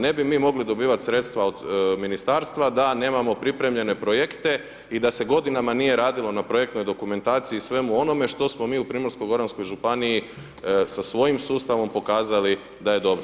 Ne bi mi mogli dobivati sredstva od ministarstva, da nemamo pripremljene projekte i da se godinama nije radilo na projektnoj dokumentaciji i svemu onome što smo mi u Primorsko-goranskoj županiji sa svojim sustavom pokazali da je dobro.